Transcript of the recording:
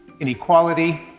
inequality